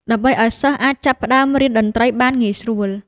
ដើម្បីឲ្យសិស្សអាចចាប់ផ្តើមរៀនតន្ត្រីបានងាយស្រួល។